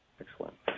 Excellent